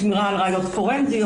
לשמירה על ראיות פורנזיות,